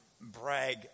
brag